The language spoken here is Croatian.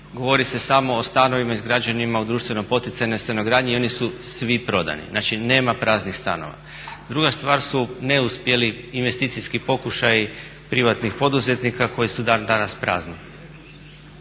govori se samo o stanovima izgrađenima u društveno-poticajnoj stanogradnji i oni su svi prodani. Znači, nema praznih stanova. Druga stvar su neuspjeli investicijski pokušaji privatnih poduzetnika koji su dan danas prazni.